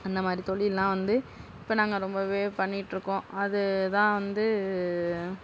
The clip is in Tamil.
அந்த மாதிரி தொழில் எல்லாம் வந்து இப்போ நாங்கள் ரொம்பவே பண்ணிட் இருக்கோம் அதுதான் வந்து